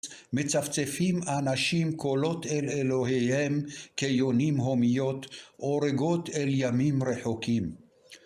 מצפצפים אנשים קולות אל אלוהיהם, כיונים הומיות, עורגות אל ימים רחוקים.